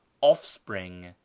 offspring